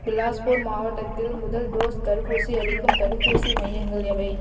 பிலாஸ்பூர் மாவட்டத்தில் முதல் டோஸ் தடுப்பூசி அளிக்கும் தடுப்பூசி மையங்கள் எவை